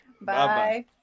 Bye